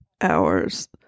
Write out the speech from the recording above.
hours